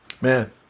man